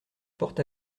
porte